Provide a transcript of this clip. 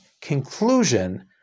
conclusion